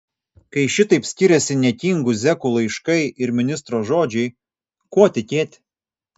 kai šitaip skiriasi niekingų zekų laiškai ir ministro žodžiai kuo tikėti